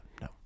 no